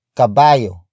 kabayo